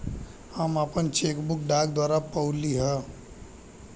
हम आपन cheque book डाक द्वारा पउली है